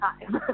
time